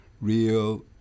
real